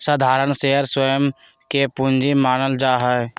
साधारण शेयर स्वयं के पूंजी मानल जा हई